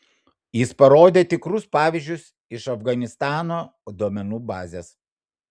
jis parodė tikrus pavyzdžius iš afganistano duomenų bazės